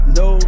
no